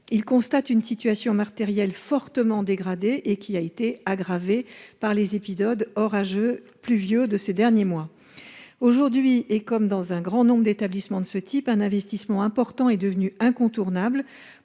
de la situation matérielle, qui a été aggravée par les épisodes orageux et pluvieux de ces derniers mois. Aujourd’hui, comme pour un grand nombre d’établissements de ce type, un investissement important est devenu incontournable